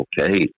okay